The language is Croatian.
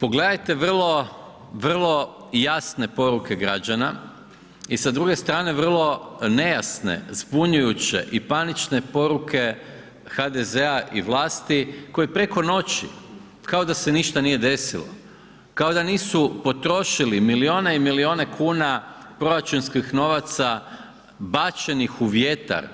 Pogledajte vrlo, vrlo jasne poruke građana i sa druge strane vrlo nejasne, zbunjujuće i panične poruke HDZ-a i vlasti koji preko noći kao da se ništa nije desilo, kao da nisu potrošili milijune i milijune kuna proračunskih novaca bačenih u vjetar